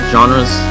Genres